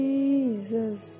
Jesus